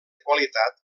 qualitat